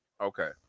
Okay